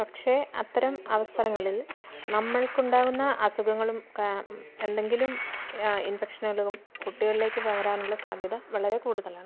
പക്ഷെ അത്തരം അവസരങ്ങളിൽ നമ്മൾക്ക് ഉണ്ടാകുന്ന അസുഖങ്ങളും എന്തെങ്കിലും ഇൻഫെക്ഷനുകളും കുട്ടികളിലേക്ക് പകരാനുള്ള സാധ്യത വളരെ കൂടുതലാണ്